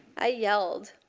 i yelled,